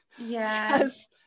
yes